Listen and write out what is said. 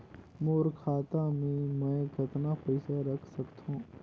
मोर खाता मे मै कतना पइसा रख सख्तो?